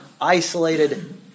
isolated